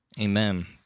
amen